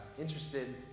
interested